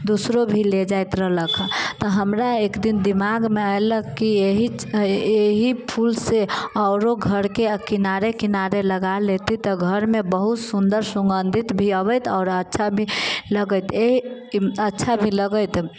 दूसरो भी लए जाइत रहलक तऽ हमरा एक दिन दिमागमे ऐलक कि एहि एहि फूलसँ आओरो घरके किनारे किनारे लगा लेतहूँ तऽ घरमे बहुत सुन्दर सुगन्धित भी अबैत आओर अच्छा भी लगैत एहि अच्छा भी लगैत